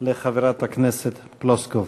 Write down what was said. לחברת הכנסת פלוסקוב.